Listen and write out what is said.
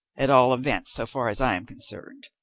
at all events so far as i am concerned,